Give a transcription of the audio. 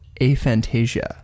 aphantasia